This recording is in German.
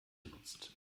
genutzt